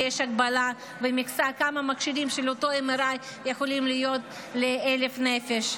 ויש הגבלה ומכסה כמה מכשירים של אותו MRI יכולים להיות ל-1,000 נפש.